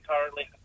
currently